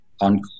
on